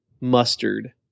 mustard